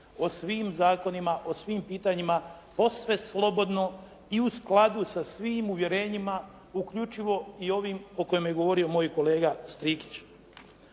o svim zakonima, o svim pitanjima posve slobodno i u skladu sa svim uvjerenjima uključivo i ovim o kojima je i govorio moj kolega Strikić.